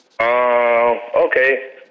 okay